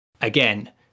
again